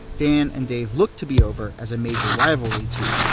dan and dave looked to be over as a major rivalry too